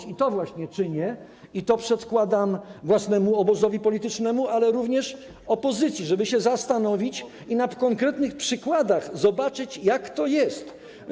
I to właśnie czynię, i to przedkładam własnemu obozowi politycznemu, ale również opozycji, żeby się zastanowić i na konkretnych przykładach zobaczyć, jak to jest.